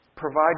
Provide